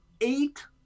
eight